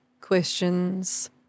questions